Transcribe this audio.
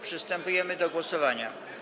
Przystępujemy do głosowania.